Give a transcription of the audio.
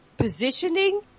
Positioning